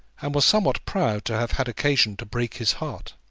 and was somewhat proud to have had occasion to break his heart.